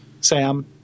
Sam